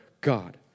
God